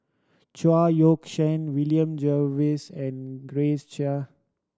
Chao Yoke San William Jervois and Grace Chia